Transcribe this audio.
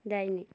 दाहिने